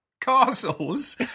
Castles